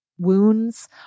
wounds